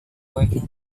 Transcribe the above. working